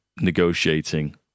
negotiating